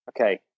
Okay